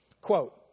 quote